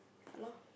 ya lor